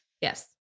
yes